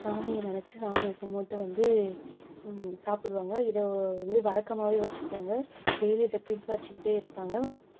சாமியை நினைச்சி சாமியை கும்பிட்டு வந்து சாப்பிடுவாங்க இதை வந்து வழக்கமாகவே வச்சுக்குவாங்க டெய்லியும் அதை பின்பற்றிக்கிட்டே இருப்பாங்க